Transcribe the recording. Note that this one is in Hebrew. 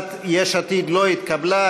הצעת יש עתיד לא התקבלה.